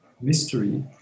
mystery